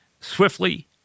Swiftly